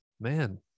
man